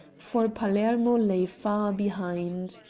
for palermo lay far behind.